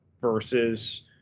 versus